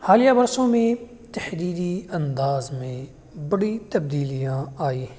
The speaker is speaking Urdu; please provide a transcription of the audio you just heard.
حالیہ برسوں میں تحریری انداز میں بڑی تبدیلیاں آئی ہیں